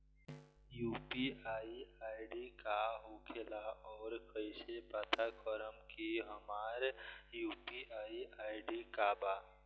UPI ID का होखेला और कईसे पता करम की हमार यू.पी.आई आई.डी का बा?